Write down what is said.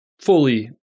fully